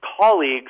colleagues